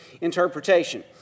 interpretation